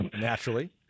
naturally